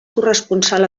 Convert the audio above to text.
corresponsal